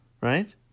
Right